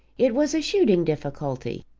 it was a shooting difficulty,